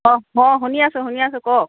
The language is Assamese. অঁ অঁ শুনি আছোঁ শুনি আছোঁ কওক